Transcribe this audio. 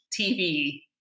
TV